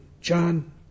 John